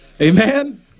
Amen